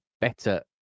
better